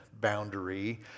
boundary